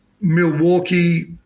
Milwaukee